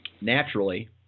naturally